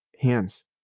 hands